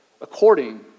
according